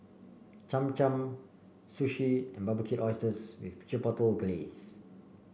Cham Cham Sushi and Barbecued Oysters with Chipotle Glaze